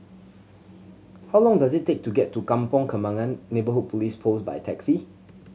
how long does it take to get to Kampong Kembangan Neighbourhood Police Post by taxi